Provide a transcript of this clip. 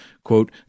Quote